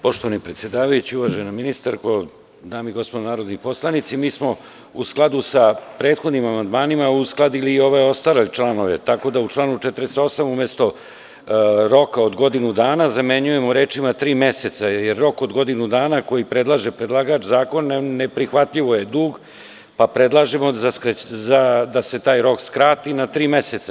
Poštovani predsedavajući, uvažena ministarko, dame i gospodo narodni poslanici, mi smo u skladu sa prethodnim amandmanima uskladili i ove ostale članove, tako da u članu 48. umesto roka od godinu dana zamenjujemo rečima tri meseca jer rok od godinu dana koji predlaže predlagač zakona neprihvatljivo je dug, pa predlažemo da se taj rok skrati na tri meseca.